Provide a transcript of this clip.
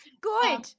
Good